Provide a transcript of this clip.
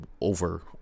over